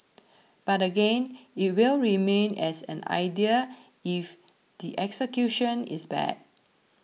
but again it will remain as an idea if the execution is bad